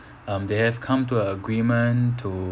um they have come to a agreement to